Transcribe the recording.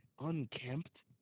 unkempt